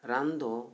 ᱨᱟᱱ ᱫᱚ